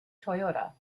toyota